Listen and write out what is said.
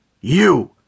You